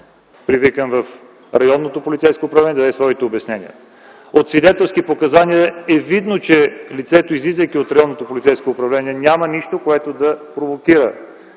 привикан в районното полицейско управление, за да даде своите обяснения. От свидетелски показания е видно, че лицето излизайки от районното полицейско управление няма нищо, което да провокира